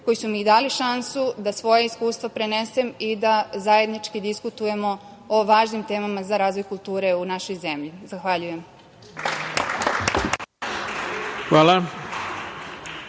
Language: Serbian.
koji su mi dali šansu da svoja iskustva prenesem i da zajednički diskutujemo o važnim temama za razvoj kulture u našoj zemlji. Zahvaljujem. **Ivica